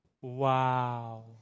wow